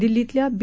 दिल्लीतल्या बी